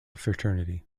fraternity